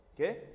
okay